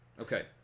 Okay